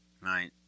right